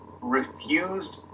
refused